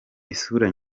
isura